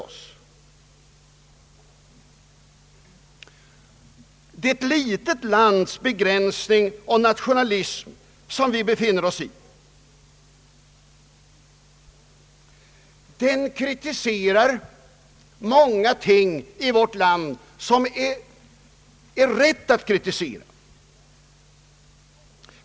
Det är ett litet lands begränsning och nationalism. Ungdomen kritiserar många ting i vårt land som det är rätt att kritisera.